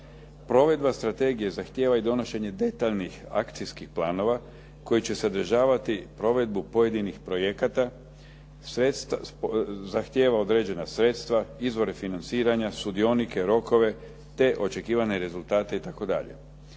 Provedba strategije zahtijeva i donošenje detaljnih akcijskih planova koji će sadržavati provedbu pojedinih projekata, zahtijeva određena sredstva, izvore financiranja, sudionike, rokove, te očekivane rezultate itd.